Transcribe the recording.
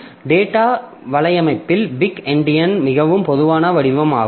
data வலையமைப்பில் big endian மிகவும் பொதுவான வடிவமாகும்